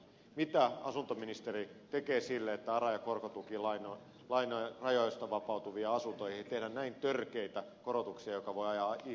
mitä asuntoministeri tekee sille että ara ja korkotukilainarajoista vapautuviin asuntoihin ei tehdä näin törkeitä korotuksia jotka voivat ajaa ihmisiä asunnottomuuteen